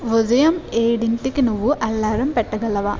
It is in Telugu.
ఉదయం ఏడింటికి నువ్వు అలారం పెట్టగలవా